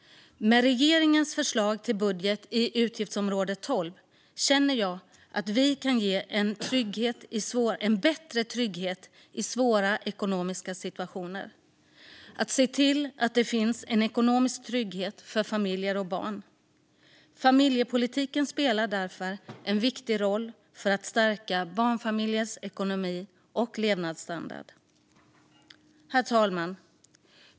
Med regeringens förslag till budget för utgiftsområde 12 känner jag att vi bättre kan ge en trygghet i svåra ekonomiska situationer och se till att det finns en ekonomisk trygghet för familjer och barn. Familjepolitiken spelar därför en viktig roll för att stärka barnfamiljers ekonomi och levnadsstandard. Herr talman!